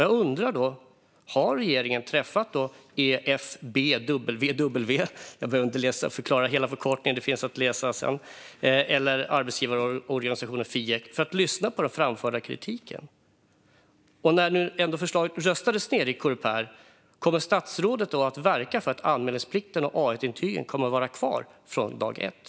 Jag undrar då: Har regeringen träffat EFBWW, European Federation of Building and Woodworkers, eller arbetsgivarorganisationen FIEC för att lyssna på den framförda kritiken? Eftersom förslaget ändå röstades ned i Coreper undrar jag om statsrådet kommer att verka för att anmälningsplikten och A1-intygen kommer att vara kvar från dag ett?